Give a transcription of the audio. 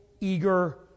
eager